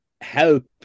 help